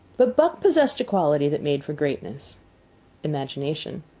but buck possessed a quality that made for greatness imagination.